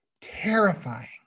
terrifying